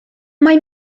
mae